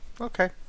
Okay